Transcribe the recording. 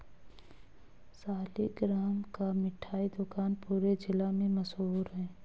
सालिगराम का मिठाई दुकान पूरे जिला में मशहूर है